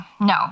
no